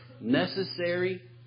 necessary